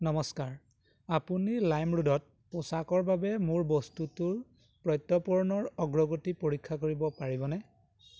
নমস্কাৰ আপুনি লাইমৰোডত পোছাকৰ বাবে মোৰ বস্তুটোৰ প্ৰত্যৰ্পণৰ অগ্ৰগতি পৰীক্ষা কৰিব পাৰিবনে